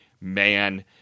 man